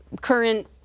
current